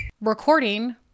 recording